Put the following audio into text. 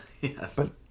yes